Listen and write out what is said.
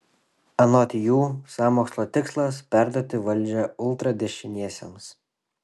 anot jų sąmokslo tikslas perduoti valdžią ultradešiniesiems